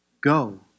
Go